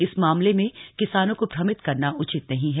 इस मामले में किसानों को भ्रमित करना उचित नहीं है